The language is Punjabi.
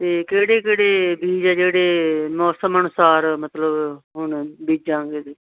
ਅਤੇ ਕਿਹੜੇ ਕਿਹੜੇ ਬੀਜ ਜਿਹੜੇ ਮੌਸਮ ਅਨੁਸਾਰ ਮਤਲਬ ਹੁਣ ਬੀਜਾਂਗੇ